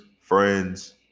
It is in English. friends